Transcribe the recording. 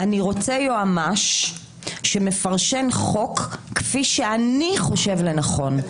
אני רוצה יועמ"ש שמפרשן חוק כפי שאני חושב לנכון.